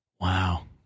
wow